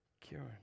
Kieran